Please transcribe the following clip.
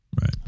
Right